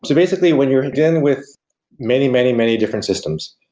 so basically, when you're dealing with many, many, many different systems,